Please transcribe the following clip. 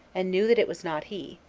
and knew that it was not he,